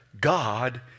God